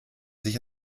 sich